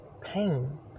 pain